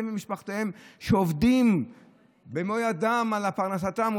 שעובדים במו ידיהם על פרנסתם,